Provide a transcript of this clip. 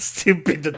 Stupid, (